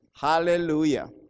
Hallelujah